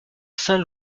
saint